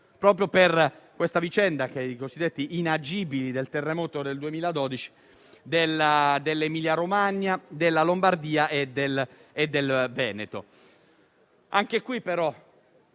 proprio per la vicenda dei cosiddetti inagibili del terremoto del 2012 dell'Emilia Romagna, della Lombardia e del Veneto.